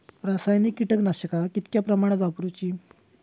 रासायनिक कीटकनाशका कितक्या प्रमाणात वापरूची?